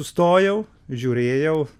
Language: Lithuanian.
sustojau žiūrėjau